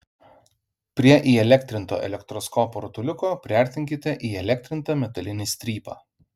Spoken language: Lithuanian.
prie įelektrinto elektroskopo rutuliuko priartinkite įelektrintą metalinį strypą